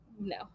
No